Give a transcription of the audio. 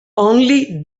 only